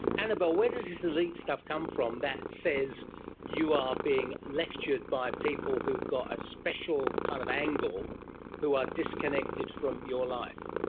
annabel, where does this elite stuff come from that says you are being lectured by people who have got a special kind of angle who are disconnected from your life?